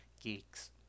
geeks